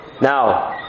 now